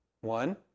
one